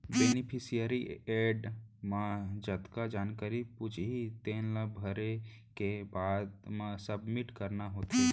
beneficiary add म जतका जानकारी पूछही तेन ला भरे के बाद म सबमिट करना होथे